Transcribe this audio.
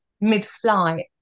mid-flight